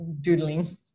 doodling